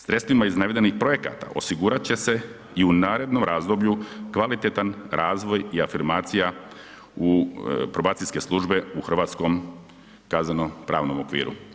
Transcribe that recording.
Sredstvima iz navedenih projekata osigurat će se i u narednom razdoblju kvalitetan razvoj i afirmacija u probacijske službe u hrvatskom kazneno-pravnom okviru.